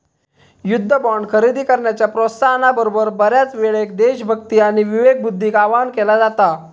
युद्ध बॉण्ड खरेदी करण्याच्या प्रोत्साहना बरोबर, बऱ्याचयेळेक देशभक्ती आणि विवेकबुद्धीक आवाहन केला जाता